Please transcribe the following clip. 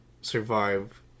survive